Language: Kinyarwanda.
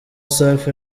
safi